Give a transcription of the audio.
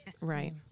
Right